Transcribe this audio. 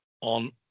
on